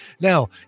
Now